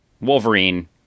Wolverine